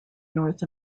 north